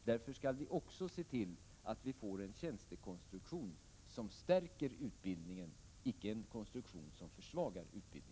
Därför skall vi också se till att vi får en tjänstekonstruktion som stärker utbildningen, inte en konstruktion som försvagar den.